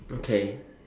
okay